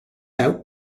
out